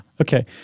Okay